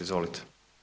Izvolite.